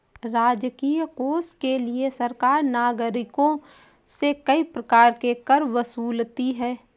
राजकीय कोष के लिए सरकार नागरिकों से कई प्रकार के कर वसूलती है